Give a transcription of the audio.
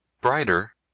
brighter